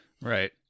Right